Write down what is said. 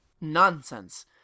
nonsense